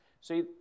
See